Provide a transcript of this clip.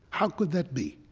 how could that be?